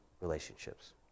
relationships